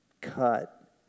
cut